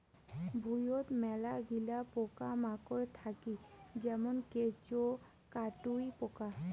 ভুঁইয়ত মেলাগিলা পোকামাকড় থাকি যেমন কেঁচো, কাটুই পোকা